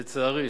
לצערי,